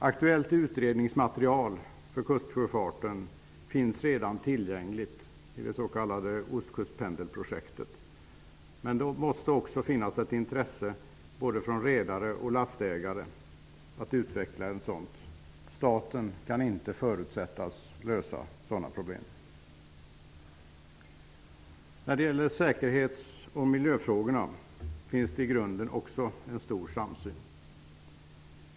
Aktuellt utredningsmaterial gällande kustsjöfarten finns redan tillgängligt i det s.k. Ostkustpendelprojektet. Men det måste också finnas ett intresse både från redare och lastägare för en sådan utveckling. Staten kan inte förutsättas lösa sådana problem. Även när det gäller säkerhets och miljöfrågor finns i grunden en stor samsyn.